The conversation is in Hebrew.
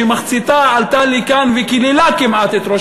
מחציתה עלתה לכאן וקיללה כמעט את ראש